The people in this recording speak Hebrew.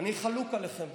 אני חלוק עליכם,